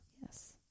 Yes